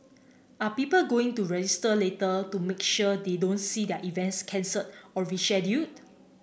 are people going to register later to make sure they don't see their events cancelled or rescheduled